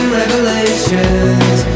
revelations